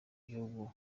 gihugu